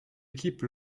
équipe